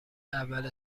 اول